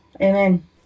Amen